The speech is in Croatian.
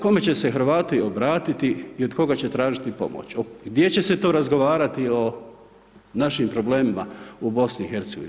Kome će se Hrvati obratiti i od koga će tražiti pomoć, gdje će se to razgovarati o našim problemima u BIH?